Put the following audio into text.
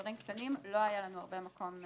במספרים קטנים לא היה לנו הרבה מקום,